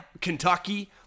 Kentucky